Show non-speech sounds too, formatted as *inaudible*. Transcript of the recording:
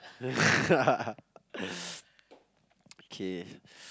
*laughs* okay